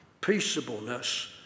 peaceableness